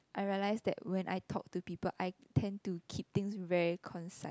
I realise that when I talk to people I tend to keep things very concise